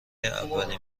اولین